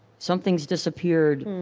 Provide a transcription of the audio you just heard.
something's disappeared,